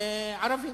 ערבים.